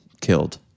killed